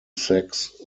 sex